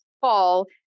fall